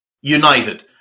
United